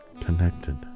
connected